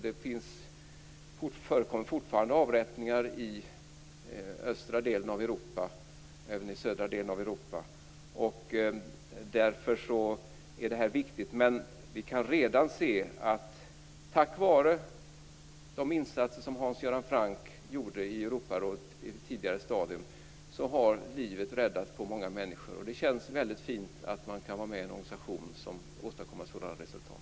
Det förekommer ännu avrättningar i den östra och även i den södra delen av Europa, och därför är det här viktigt. Vi kan dock se att tack vare de insatser som Hans Göran Franck gjorde i Europarådet i ett tidigare skede har många människors liv räddats. Det känns väldigt fint att vara med i en organisation som åstadkommer sådana resultat.